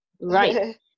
Right